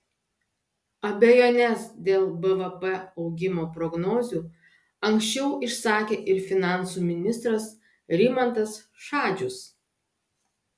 abejones dėl bvp augimo prognozių anksčiau išsakė ir finansų ministras rimantas šadžius